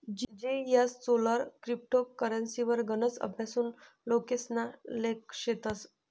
जीएसचोलर क्रिप्टो करेंसीवर गनच अभ्यासु लोकेसना लेख शेतस